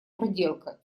проделка